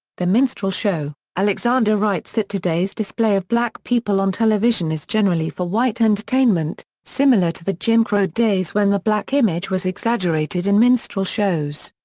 the minstrel show alexander writes that today's display of black people on television is generally for white entertainment, similar to the jim crow days when the black image was exaggerated in minstrel shows.